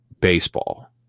baseball